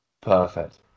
Perfect